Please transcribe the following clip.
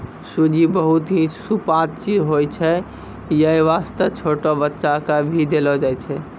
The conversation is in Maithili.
सूजी बहुत हीं सुपाच्य होय छै यै वास्तॅ छोटो बच्चा क भी देलो जाय छै